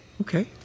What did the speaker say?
Okay